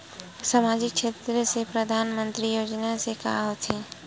सामजिक क्षेत्र से परधानमंतरी योजना से का होथे?